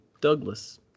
Douglas